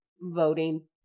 voting